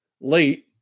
late